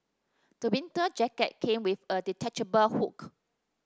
the winter jacket came with a detachable hood